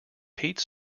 pete